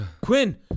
Quinn